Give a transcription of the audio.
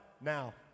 now